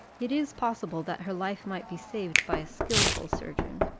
it is possible that her life might be saved by a skilful surgeon.